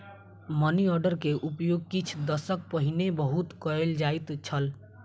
money order के उपयोग किछ दशक पहिने बहुत कयल जाइत छल